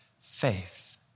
faith